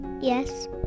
Yes